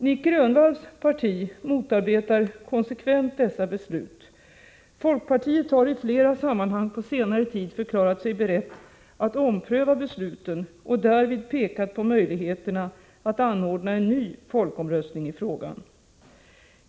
Nic Grönvalls parti motarbetar konsekvent dessa beslut. Folkpartiet har i flera sammanhang på senare tid förklarat sig berett att ompröva besluten och därvid pekat på möjligheterna att anordna en ny folkomröstning i frågan.